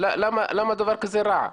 למה דבר כזה רע?